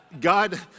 God